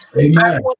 Amen